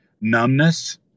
numbness